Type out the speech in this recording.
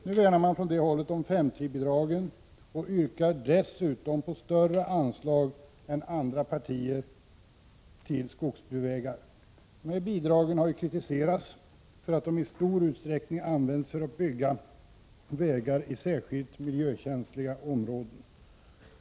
Nu värnar vpk om 5:3-bidragen och yrkar dessutom på större anslag än andra partier till byggandet av skogsbilvägar. Dessa bidrag har kritiserats för att de i stor utsträckning används för att bygga vägar i särskilt miljökänsliga områden.